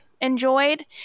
enjoyed